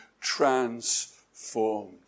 transformed